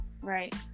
right